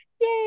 Yay